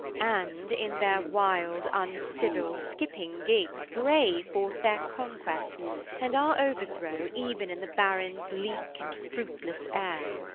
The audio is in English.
and, in their wild, uncivil, skipping gigs, bray forth their conquest and our overthrow even in the barren, bleak, and fruitless air.